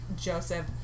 Joseph